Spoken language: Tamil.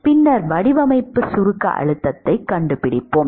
பின்னர் வடிவமைப்பு சுருக்க அழுத்தத்தைக் கண்டுபிடிப்போம்